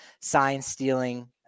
sign-stealing